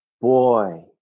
boy